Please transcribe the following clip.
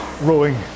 rowing